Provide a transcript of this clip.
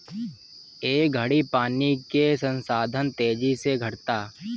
ए घड़ी पानी के संसाधन तेजी से घटता